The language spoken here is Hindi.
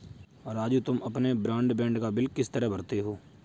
राजू तुम अपने ब्रॉडबैंड का बिल किस तरह भरते हो